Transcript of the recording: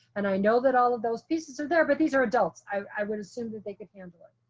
and i know that all of those pieces are there, but these are adults. i would assume that they could handle it.